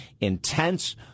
intense